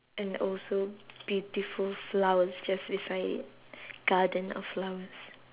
and also beautiful flowers just beside it garden of flowers